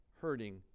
hurting